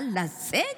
אבל לצאת